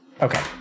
Okay